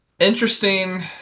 Interesting